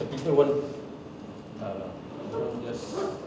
macam people want entah lah orang just